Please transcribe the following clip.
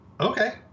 okay